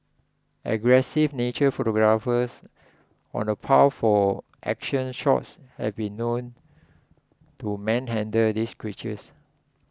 aggressive nature photographers on the prowl for action shots have been known to manhandle these creatures